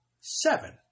seven